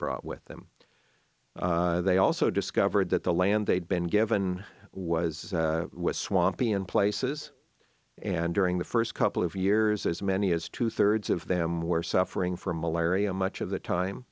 brought with them they also discovered that the land they'd been given was swampy in places and during the first couple of years as many as two thirds of them were suffering from malaria much of the time